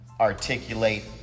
articulate